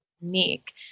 unique